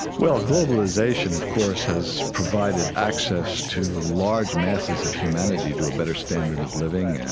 well, globalization, of course, has provided access to large masses of humanity to a better standard of living,